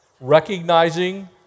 recognizing